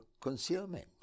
concealment